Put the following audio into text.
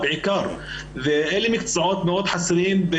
צוהריים טובים.